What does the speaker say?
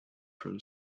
from